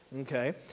okay